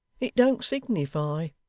it don't signify